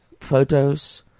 photos